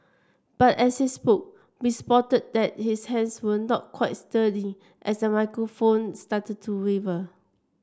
but as he spoke we spotted that his hands were not quite sturdy as the microphone started to waver